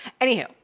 Anywho